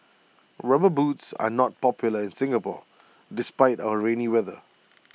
rubber boots are not popular in Singapore despite our rainy weather